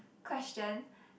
question